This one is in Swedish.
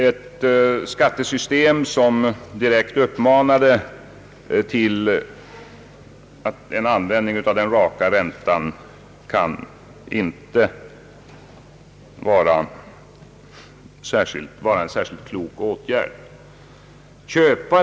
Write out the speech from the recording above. Ett skattesystem som direkt uppmanar till användning av den raka räntan kan inte vara ett särskilt bra system.